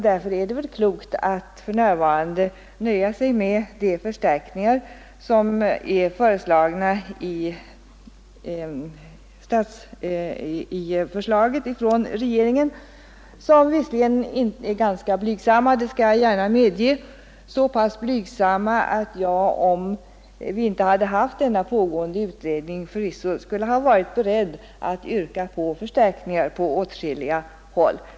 Därför är det väl klokt att för närvarande nöja sig med de förstärkningar som är föreslagna i propositionen från regeringen, vilka visserligen är ganska blygsamma — det skall jag gärna medge. De är så pass blygsamma att jag, om vi inte hade haft denna pågående utredning, förvisso skulle ha varit beredd att yrka på förstärkningar på åtskilliga håll.